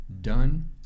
done